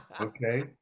okay